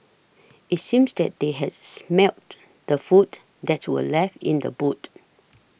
it's seemed that they has smelt the food that were left in the boot